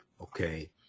Okay